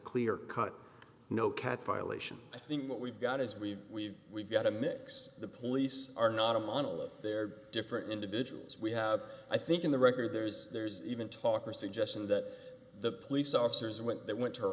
clear cut no cat violation i think what we've got is we've we've we've got a mix the police are not a monolith they're different individuals we have i think in the record there's there's even talk or suggestion that the police officers when they went to her